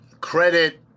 credit